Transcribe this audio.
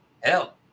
hell